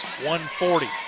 140